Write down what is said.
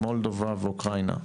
מולדובה ואוקראינה.